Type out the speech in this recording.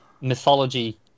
mythology